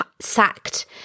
sacked